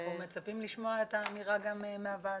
מצפים לשמוע את האמירה גם מהוועדה.